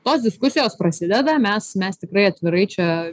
tos diskusijos prasideda mes mes tikrai atvirai čia